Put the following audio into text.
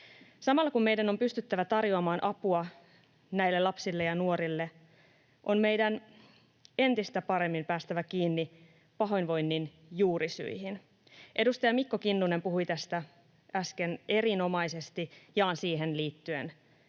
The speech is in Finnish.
Samalla kun meidän on pystyttävä tarjoamaan apua näille lapsille ja nuorille, on meidän entistä paremmin päästävä kiinni pahoinvoinnin juurisyihin. Edustaja Mikko Kinnunen puhui tästä äsken erinomaisesti, jaan siihen liittyen